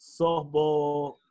softball